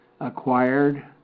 acquired